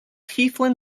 heathland